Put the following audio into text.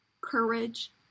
courage